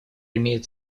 имеет